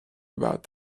about